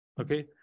okay